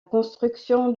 construction